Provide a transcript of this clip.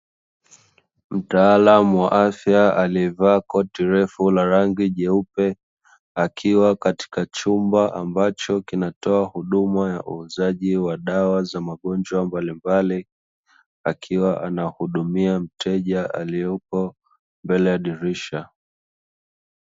Mtaalamu wa afya aliyevaa koti refu la rangi nyeupe, akiwa katika chumba ambacho kinatoa huduma ya uuzaji wa dawa za magonjwa mbalimbali, akiwa anamhudumia mteja aliyepo mbele ya dirisha.